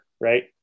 right